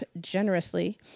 generously